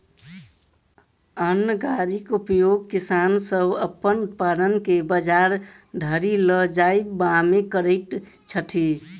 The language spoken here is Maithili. अन्न गाड़ीक उपयोग किसान सभ अपन उत्पाद के बजार धरि ल जायबामे करैत छथि